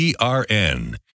ERN